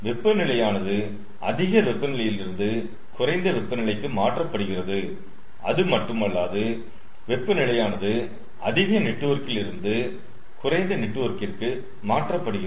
வெப்பநிலையானது அதிக வெப்ப நிலையிலிருந்து குறைந்த வெப்ப நிலைக்கு மாற்றப்படுகிறது அதுமட்டுமல்லாது வெப்பநிலையானது அதிக நெட்வொர்க்கில் இருந்து குறைந்த நெட்வொர்கிருக்கு மாற்றப்படுகிறது